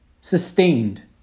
sustained